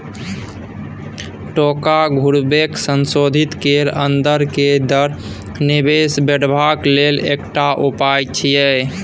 टका घुरेबाक संशोधित कैल अंदर के दर निवेश बढ़ेबाक लेल एकटा उपाय छिएय